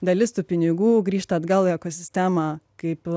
dalis tų pinigų grįžta atgal į ekosistemą kaip